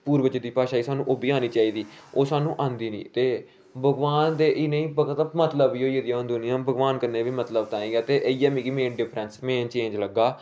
पूर्बज दी भाशा ही सानू ओ हबी आनी चाहिदी ओह् सानू आंदी नेईं ते भगबान ते केह् इन्नी मतलबी होई गेदी ऐ दुनिया भगबान कन्नै बी मतलब तांई गै ते इये मिगी मेन डिफंरेस मेन चेंज लग्गा